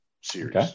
series